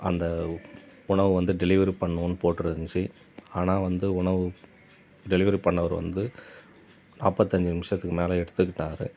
அந்த உணவு வந்து டெலிவரி பண்ணுவோம்னு போட்டு இருந்துச்சு ஆனால் வந்து உணவு டெலிவரி பண்ணவர் வந்து நாற்பத்தி அஞ்சு நிமிடத்துக்கு மேலே எடுத்துக்கிட்டார்